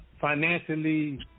financially